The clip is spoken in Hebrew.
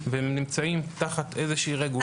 והם נמצאים תחת איזושהי רגולציה